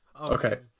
Okay